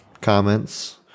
comments